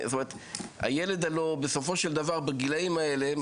הילד הלא בסופו של דבר בגילאים האלה.